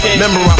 Remember